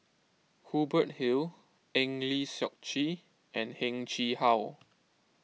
Hubert Hill Eng Lee Seok Chee and Heng Chee How